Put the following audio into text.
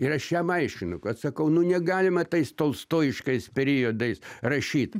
ir aš jam aiškinu kad sakau nu negalima tais tolstojiškais periodais rašyt